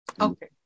Okay